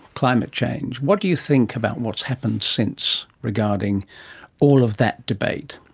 climate change, what do you think about what has happened since regarding all of that debate?